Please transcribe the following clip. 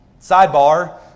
Sidebar